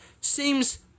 Seems